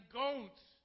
goats